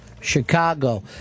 Chicago